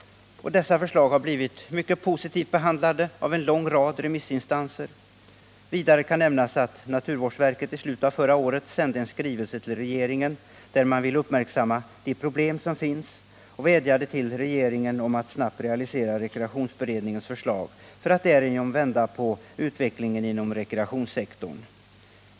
Dessa förslag har blivit mycket positivt behandlade av en lång rad remissinstanser. Vidare kan nämnas att naturvårdsverket i slutet av förra året sände en skrivelse till regeringen, där man ville göra regeringen uppmärksam på de problem som finns. Verket vädjade också till regeringen om ett snabbt realiserande av rekreationsberedningens förslag för att man därigenom skulle kunna vända på utvecklingen inom rekreationssektorn.